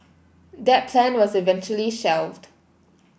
that plan was eventually shelved